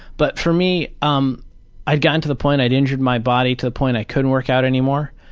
but for me, um i'd gotten to the point i'd injured my body to the point i couldn't work out anymore.